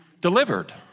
delivered